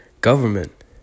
government